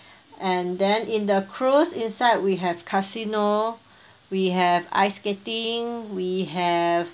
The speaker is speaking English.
and then in the cruise inside we have casino we have ice skating we have